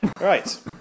right